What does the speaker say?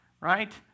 right